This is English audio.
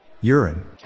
Urine